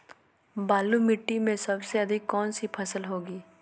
बालू मिट्टी में सबसे अधिक कौन सी फसल होगी?